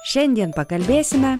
šiandien pakalbėsime